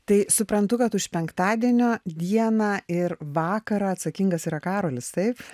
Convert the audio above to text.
tai suprantu kad už penktadienio dieną ir vakarą atsakingas yra karolis taip